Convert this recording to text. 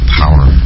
power